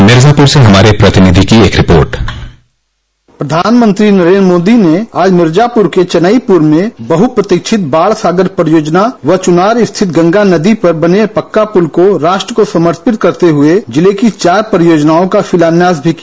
मिर्जापुर से हमारे प्रतिनिधि की एक रिपोट प्रधानमंत्री नरेन्द्र मोदी आज भिर्जापुर के चेनईपुर में बहुप्रतीक्षित बाणसागर परियोजना व चुनार स्थित गंगा नदी पर बने पक्का पुल को राष्ट्र को समर्पित करते हुए जिले की चार परियोजनाओं का शिलान्यास भी किया